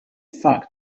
fact